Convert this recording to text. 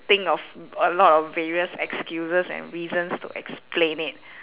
think of a lot of various excuses and reasons to explain it